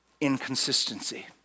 inconsistency